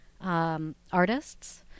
artists